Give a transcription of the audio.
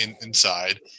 inside